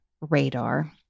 radar